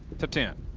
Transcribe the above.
the ten.